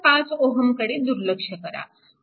5 Ω कडे दुर्लक्ष करा